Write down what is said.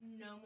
No